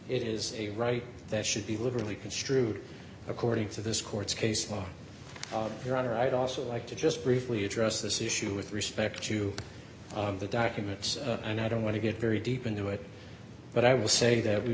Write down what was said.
it is a right that should be liberally construed according to this court's case law your honor i'd also like to just briefly address this issue with respect to the documents and i don't want to get very deep into it but i will say that we